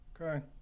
Okay